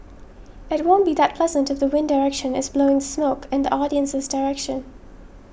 it won't be that pleasant if the wind direction is blowing smoke in the audience's direction